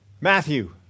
Matthew